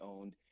owned